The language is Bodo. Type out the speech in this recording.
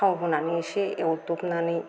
थाव होनानै एसे एवदबनानै